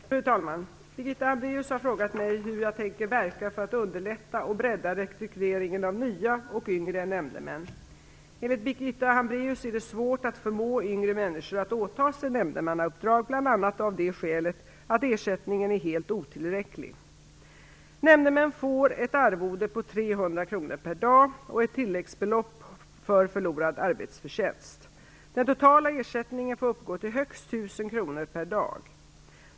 Fru talman! Birgitta Hambraeus har frågat mig hur jag tänker verka för att underlätta och bredda rekryteringen av nya och yngre nämndemän. Enligt Birgitta Hambraeus är det svårt att förmå yngre människor att åta sig nämndemannauppdrag, bl.a. av det skälet att ersättningen är helt otillräcklig. Nämndemän får ett arvode på 300 kr per dag och ett tilläggsbelopp för förlorad arbetsförtjänst. Den totala ersättningen får uppgå till högst 1 000 kr per dag.